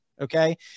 Okay